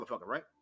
right